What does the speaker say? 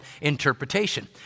interpretation